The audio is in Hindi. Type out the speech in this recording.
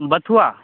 बथुआ